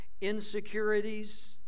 insecurities